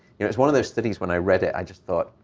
you know it's one of those studies when i read it, i just thought,